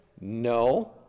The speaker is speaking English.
no